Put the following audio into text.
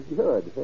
good